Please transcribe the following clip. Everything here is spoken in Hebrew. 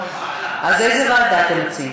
אז איזו ועדה אתם רוצים?